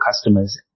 customers